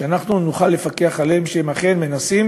כדי שאנחנו נוכל לפקח עליהם שהם אכן מנסים